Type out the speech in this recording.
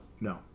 No